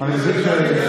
לפני שתתחיל,